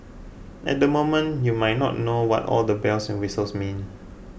at the moment you might not know what all the bells and whistles mean